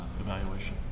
evaluation